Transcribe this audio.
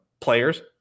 players